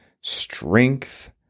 strength